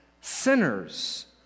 sinners